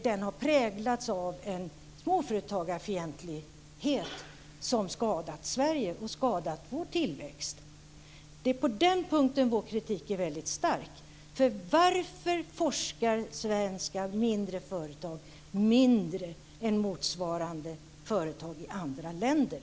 Den har präglats av en småföretagarfientlighet som skadat Sverige och som skadat vår tillväxt. Det är på den punkten vår kritik är väldigt stark. Varför forskar svenska mindre företag mindre än motsvarande företag i andra länder?